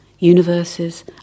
universes